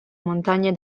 montagne